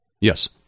Yes